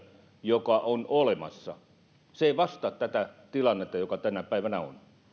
joka on olemassa ei vastaa tätä tilannetta joka tänä päivänä